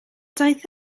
daeth